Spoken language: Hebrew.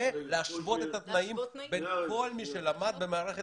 להשוות את התנאים בין כל מי שלמד במערכת